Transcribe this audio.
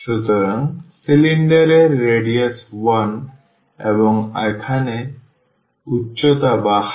সুতরাং সিলিন্ডার এর রেডিয়াস 1 এবং এখানে উচ্চতা 2 থেকে 3